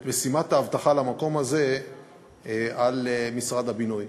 משימת האבטחה על המקום הזה על משרד הבינוי.